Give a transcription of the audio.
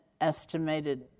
estimated